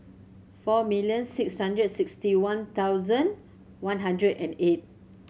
four million six hundred sixty one thousand one hundred and eight